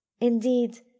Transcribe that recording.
Indeed